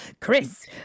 Chris